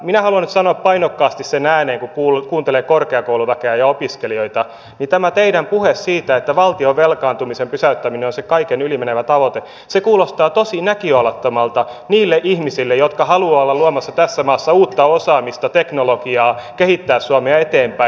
minä haluan nyt sanoa painokkaasti sen ääneen kun kuuntelen korkeakouluväkeä ja opiskelijoita että tämä teidän puheenne siitä että valtion velkaantumisen pysäyttäminen on se kaiken yli menevä tavoite kuulostaa tosi näköalattomalta niille ihmisille jotka haluavat olla luomassa tässä maassa uutta osaamista teknologiaa kehittää suomea eteenpäin